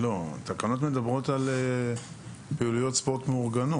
לא, התקנות מדברות על פעילויות ספורט מאורגנות.